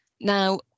Now